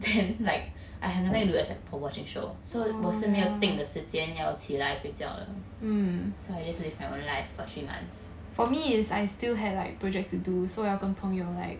then like I nothing to do except for watching show so 我是没有定的时间要起来睡觉了 so I just live my own life for three months